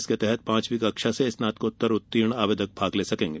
इसके तहत पांचवी कक्षा से स्नातकोत्तर उत्तीर्ण आवेदक भाग ले सकेंगे